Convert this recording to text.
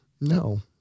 no